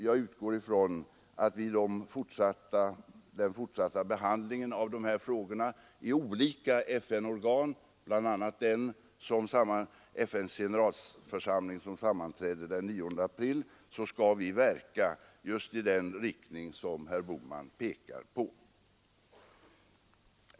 Jag utgår ifrån att vi vid den fortsatta behandlingen av dessa frågor i olika FN-organ skall verka just i den riktning, som herr Bohman pekar på.